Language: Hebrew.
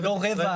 לא רבע,